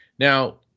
Now